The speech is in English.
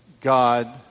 God